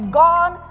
gone